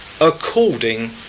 according